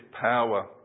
power